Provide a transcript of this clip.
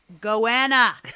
Goanna